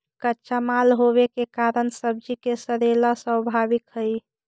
कच्चा माल होवे के कारण सब्जि के सड़ेला स्वाभाविक हइ